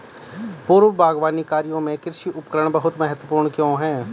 पूर्व बागवानी कार्यों में कृषि उपकरण बहुत महत्वपूर्ण क्यों है?